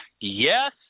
yes